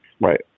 right